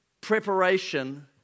preparation